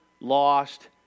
lost